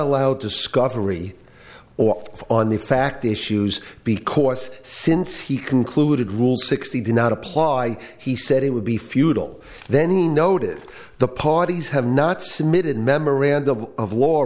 allow discovery or on the fact the issues because since he concluded rule sixty did not apply he said it would be futile then he noted the parties have not submitted memorandum of